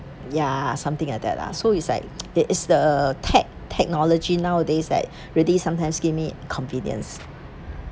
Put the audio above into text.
ya something like that lah so it's like is the tech~ technology nowadays like really sometimes give me convenience